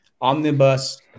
Omnibus